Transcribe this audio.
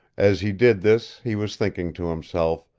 as he did this he was thinking to himself,